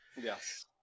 Yes